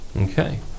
Okay